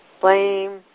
blame